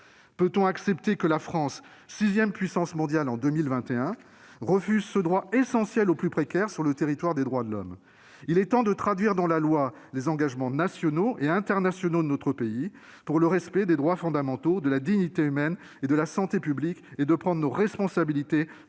Peut-on accepter que la France, sixième puissance mondiale en 2021, refuse ce droit essentiel aux plus précaires sur le territoire des droits de l'homme ? Il est temps de traduire dans la loi les engagements nationaux et internationaux de notre pays pour le respect des droits fondamentaux de la dignité humaine et de la santé publique et de prendre nos responsabilités